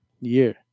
year